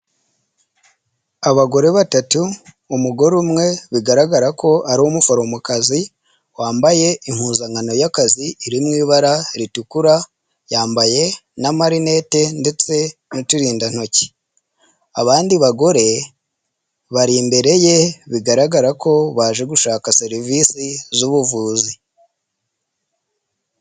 Abagore batatu, umugore umwe bigaragara ko ari umuforomokazi wambaye impuzankano y'akazi iri mu ibara ritukura yambaye na marinette ndetse n'uturindantoki, abandi bagore bari imbere ye bigaragara ko baje gushaka serivisi z'ubuvuzi.